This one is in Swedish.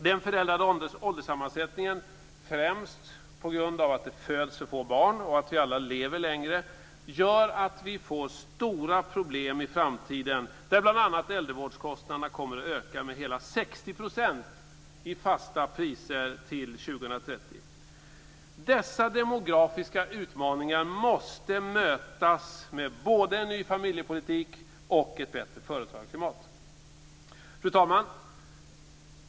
Den förändrade ålderssammansättningen, främst på grund av att det föds för få barn och att vi lever längre, gör att vi får stora problem i framtiden med bl.a. äldrevårdskostnader som ökar med hela 60 % i fasta priser till 2030. Dessa demografiska utmaningar måste mötas med både en ny familjepolitik och ett bättre företagarklimat. Fru talman!